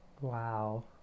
wow